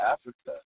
Africa